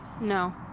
No